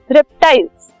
Reptiles